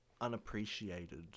unappreciated